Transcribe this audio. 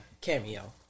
Cameo